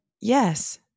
Yes